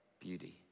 beauty